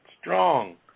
strong